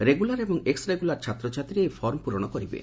regular ଏବଂ ex regular ଛାତ୍ରଛାତ୍ରୀ ଏହି ଫର୍ମ ପ୍ ରଣ କରିବେ